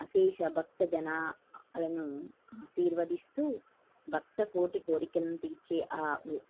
అశేష భక్త జనాలను ఆశీర్వదిస్తూ భక్త కోటి కోరికలను తీర్చే ఆ